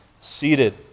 seated